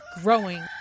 growing